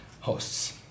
hosts